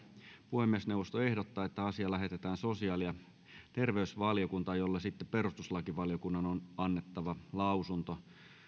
puhemiesneuvosto ehdottaa että asia lähetetään sosiaali ja terveysvaliokuntaan jolle perustuslakivaliokunnan on annettava lausunto